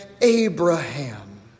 Abraham